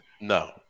No